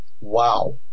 wow